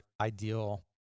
ideal